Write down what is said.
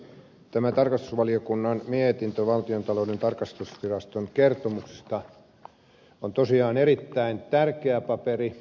tämä tarkastusvaliokunnan mietintö valtiontalouden tarkastusviraston kertomuksista on tosiaan erittäin tärkeä paperi